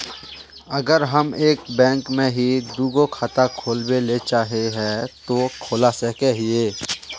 अगर हम एक बैंक में ही दुगो खाता खोलबे ले चाहे है ते खोला सके हिये?